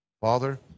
Father